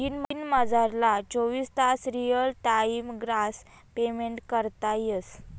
दिनमझारला चोवीस तास रियल टाइम ग्रास पेमेंट करता येस